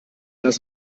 das